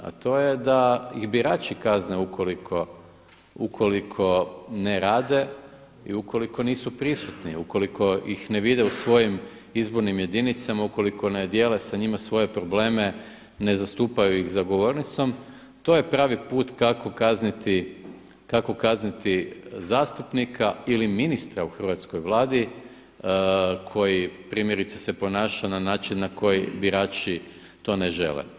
A to je da ih birači kazne ukoliko ne rade i ukoliko nisu prisutni, ukoliko ih ne vide u svojim izbornim jedinicama, ukoliko ne dijele sa njima svoje probleme, ne zastupaju ih za govornicom, to je pravi put kako kazniti zastupnika ili ministra u hrvatskoj Vladi koji primjerice se ponaša na način na koji birači to ne žele.